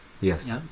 Yes